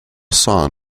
sun